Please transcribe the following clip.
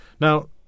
now